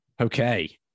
Okay